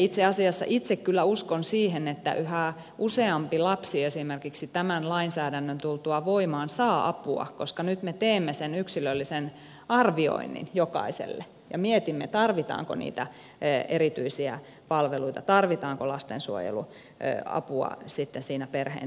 itse asiassa itse kyllä uskon siihen että yhä useampi lapsi esimerkiksi tämän lainsäädännön tultua voimaan saa apua koska nyt me teemme sen yksilöllisen arvioinnin jokaiselle ja mietimme tarvitaanko niitä erityisiä palveluita tarvitaanko lastensuojeluapua sitten siinä perheen tilanteessa